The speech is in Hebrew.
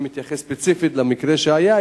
אני מתייחס ספציפית למקרה שהיה,